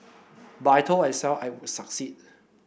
but I told I self I would succeed